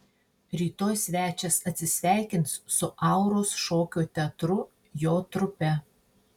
rytoj svečias atsisveikins su auros šokio teatru jo trupe